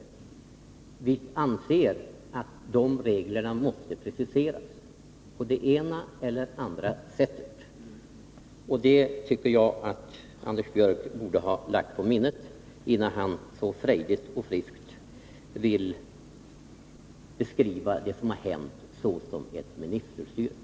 — affärsverksam Vi anser att reglerna måste preciseras på ett eller annat sätt. Anders Björck heten borde ha lagt detta på minnet innan han så frejdigt och friskt beskriver det som har hänt som ministerstyre.